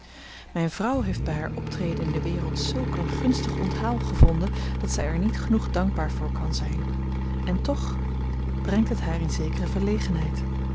mijn vrouw heeft bij haar optreden in de wereld zulk een gunstig onthaal gevonden dat zij er niet genoeg dankbaar voor kan zijn en toch brengt het haar in zekere verlegenheid